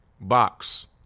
Box